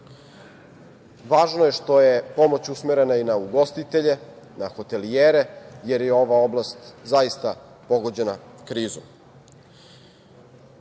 Važno je što je pomoć usmerena i na ugostitelje, na hotelijere, jer je ova oblast zaista pogođena krizom. Ove